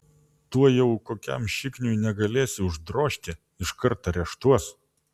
tuoj jau jokiam šikniui negalėsi uždrožti iškart areštuos